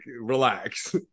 relax